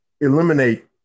eliminate